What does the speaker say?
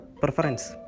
preference